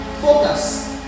Focus